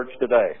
today